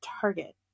Target